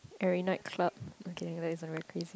every night club okay that isn't very crazy